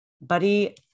buddy